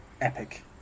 epic